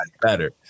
better